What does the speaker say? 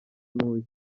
ntuye